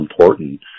important